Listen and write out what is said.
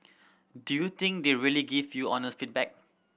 do you think they really give you honest feedback